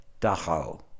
Dachau